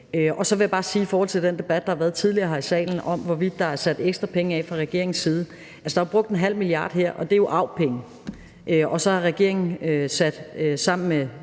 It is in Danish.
Så vil jeg bare sige i forhold til den debat, der har været tidligere her i salen, om, hvorvidt der er sat ekstra penge af fra regeringens side, at der jo er brugt 0,5 mia. kr. her, og det er AUB-penge, og så har regeringen sammen med